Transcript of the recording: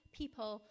people